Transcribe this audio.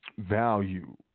value